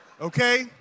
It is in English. Okay